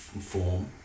form